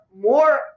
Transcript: more